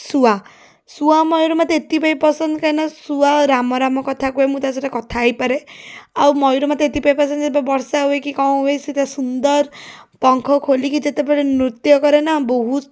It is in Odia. ଶୁଆ ଶୁଆ ମୟୂର ମୋତେ ଏଥିପାଇଁ ପସନ୍ଦ କାହିଁକି ନା ଶୁଆ ରାମ ରାମ କଥା କୁହେ ମୁଁ ତା' ସହ କଥା ହେଇପାରେ ଆଉ ମୟୂର ମୋତେ ଏଥିପାଇଁ ପସନ୍ଦ ଯେବେ ବର୍ଷା ହୁଏ କି କ'ଣ ହୁଏ ସିଏ ଏତେ ସୁନ୍ଦର ପଂଖ ଖୋଲିକି ଯେତେବେଳେ ନୃତ୍ୟ କରେନା ବହୁତ